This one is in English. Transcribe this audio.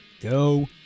go